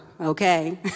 okay